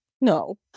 No